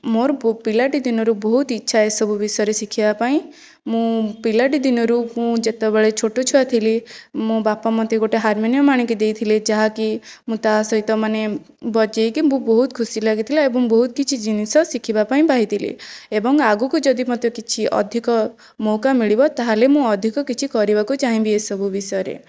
ମୋ'ର ପିଲାଟି ଦିନରୁ ବହୁତ ଇଚ୍ଛା ଏସବୁ ବିଷୟରେ ଶିଖିବା ପାଇଁ ମୁଁ ପିଲାଟି ଦିନରୁ ମୁଁ ଯେତବେଳେ ଛୋଟ ଛୁଆ ଥିଲି ମୋ' ବାପା ମୋତେ ଗୋଟିଏ ହାରମୋନିୟମ ଆଣିକି ଦେଇଥିଲେ ଯାହାକି ମୁଁ ତା' ସହିତ ମାନେ ବଜେଇକି ମୁଁ ବହୁତ ଖୁସି ଲାଗିଥିଲା ଏବଂ ବହୁତ କିଛି ଜିନିଷ ଶିଖିବା ପାଇଁ ପାଇଥିଲି ଏବଂ ଆଗକୁ ଯଦି ମୋତେ କିଛି ଅଧିକ ମଉକା ମିଳିବ ତା'ହେଲେ ମୁଁ ଅଧିକ କିଛି କରିବାକୁ ଚାହିଁବି ଏସବୁ ବିଷୟରେ